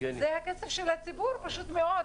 זה הכסף של הציבור, פשוט מאוד.